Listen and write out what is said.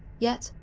yet,